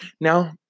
Now